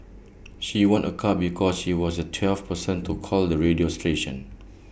she won A car because she was the twelfth person to call the radio station